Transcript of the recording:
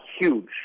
huge